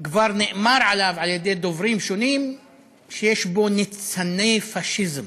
כבר נאמר עליו על-ידי דוברים שונים שיש בו ניצני פאשיזם.